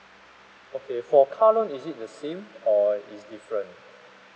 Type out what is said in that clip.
okay for car loan is it the same or it's different